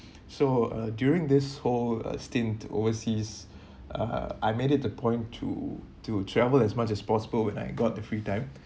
so uh during this whole uh stint overseas uh I made it a point to to travel as much as possible when I got the free time